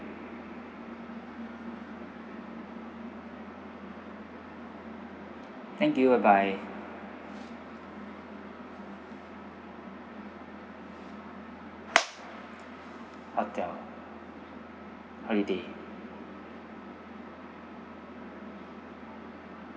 thank you bye bye hotel holiday